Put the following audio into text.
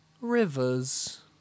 rivers